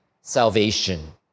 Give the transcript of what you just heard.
salvation